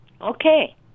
Okay